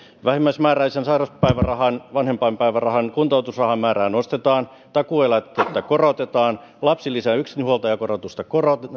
vähimmäismääräisen sairauspäivärahan vanhempainpäivärahan ja kuntoutusrahan määrää nostetaan takuueläkettä korotetaan lapsilisän yksinhuoltajakorotusta